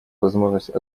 возможность